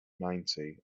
ninety